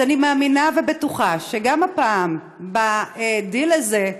אני מאמינה ובטוחה שגם הפעם, בדיל הזה,